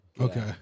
Okay